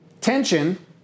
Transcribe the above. tension